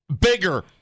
Bigger